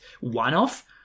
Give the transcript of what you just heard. one-off